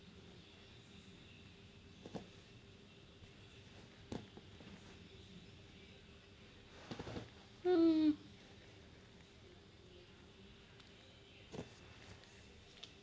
hmm